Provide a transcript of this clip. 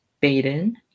Baden